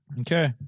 okay